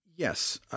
Yes